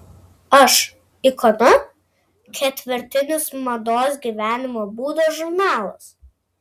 aš ikona ketvirtinis mados gyvenimo būdo žurnalas